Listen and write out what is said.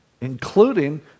including